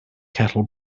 kettle